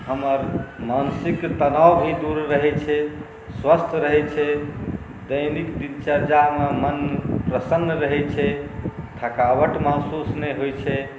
हमर मानसिक तनाव भी दूर रहै छै स्वस्थ्य रहै छै दैनिक दिनचर्यामे मोन प्रसन्न रहै छै थकावट महसूस नहि होइ छै